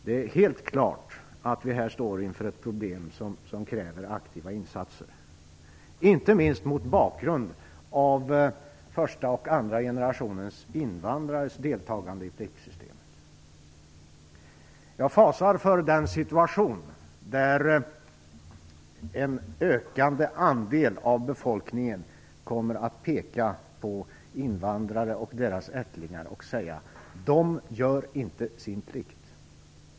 Det är helt klart att vi här står inför ett problem som kräver aktiva insatser, inte minst mot bakgrund av första och andra generationens invandrares deltagande i pliktsystemet. Jag fasar för den situation där en ökande andel av befolkningen kommer att peka på invandrare och deras ättlingar och säga att de inte gör sin plikt.